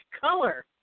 color